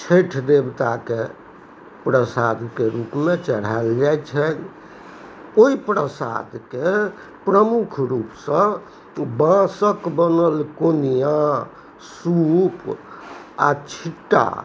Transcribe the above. छठि देवताके प्रसादके रूपमे चढ़ाएल जाइ छनि ओहि प्रसादके प्रमुख रूपसँ बाँसके बनल कोनिआ सूप आओर छिट्टा